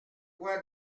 quoi